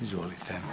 Izvolite.